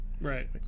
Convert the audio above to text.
right